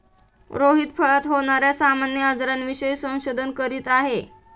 रोहित फळात होणार्या सामान्य आजारांविषयी संशोधन करीत आहे